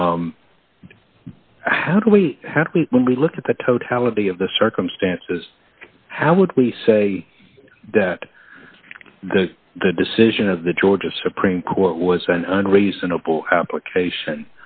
do we have when we look at the totality of the circumstances how would we say that the decision of the georgia supreme court was an unreasonable application